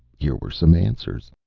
here were some answers.